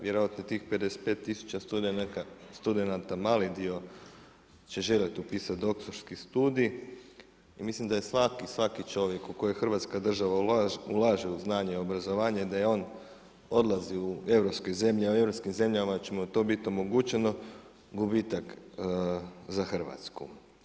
Vjerojatno tih 55 tisuća studenata mali dio će željeti upisati doktorski studij i mislim da je svaki, svaki čovjek u kojeg Hrvatska država ulaže u znanje, obrazovanje da on odlazi u europske zemlje a u europskim zemljama će mu to biti omogućeno, gubitak za Hrvatsku.